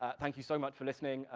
ah thank you so much for listening.